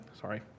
Sorry